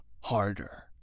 harder